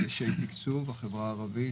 דגשי תקצוב, החברה הערבית.